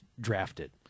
drafted